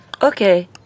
Okay